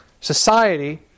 society